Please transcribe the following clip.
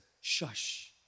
shush